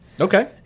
Okay